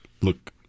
Look